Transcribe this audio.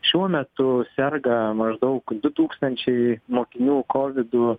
šiuo metu serga maždaug du tūkstančiai mokinių kovidu